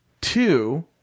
Two